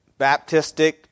Baptistic